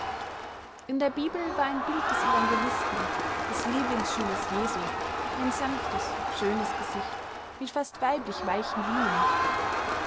in der bibel war ein bild des evangelisten des lieblingsschülers jesu ein sanftes schönes gesicht mit fast weiblich weichen linien